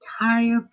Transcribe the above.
entire